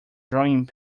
drawing